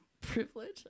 Privilege